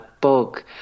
bug